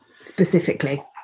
specifically